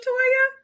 Toya